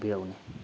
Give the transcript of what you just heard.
ꯍꯥꯏꯕꯤꯔꯛꯎꯅꯦ